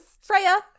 Freya